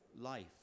life